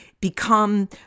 become